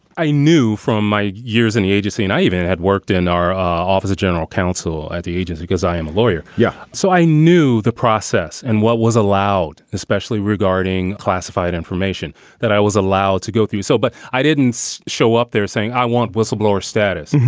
i knew from my years in the agency and i even and had worked in our office of general counsel at the agency because i am a lawyer. yeah. so i knew the process and what was allowed, especially regarding classified information that i was allowed to go through. so but i didn't show up there saying i want whistleblower status.